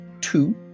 two